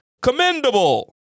commendable